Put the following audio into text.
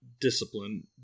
discipline